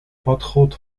подход